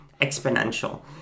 exponential